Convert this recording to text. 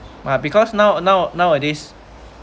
but because now now nowadays